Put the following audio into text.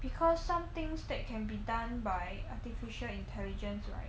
because some things that can be done by artificial intelligence right